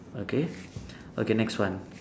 okay okay next one